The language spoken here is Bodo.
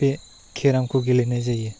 बे केरामखौ गेलेनाय जायो